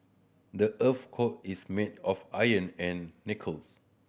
the earth's core is made of iron and nickels